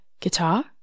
guitar